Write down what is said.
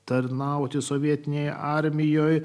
tarnauti sovietinėje armijoje